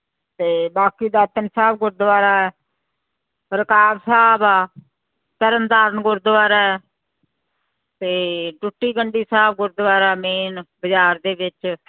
ਅਤੇ ਬਾਕੀ ਦਾਤਣ ਸਾਹਿਬ ਗੁਰਦੁਆਰਾ ਰਕਾਬ ਸਾਹਿਬ ਆ ਤਰਨ ਤਾਰਨ ਗੁਰਦੁਆਰਾ ਅਤੇ ਟੁੱਟੀ ਗੰਡੀ ਸਾਹਿਬ ਗੁਰਦੁਆਰਾ ਮੇਨ ਬਾਜ਼ਾਰ ਦੇ ਵਿੱਚ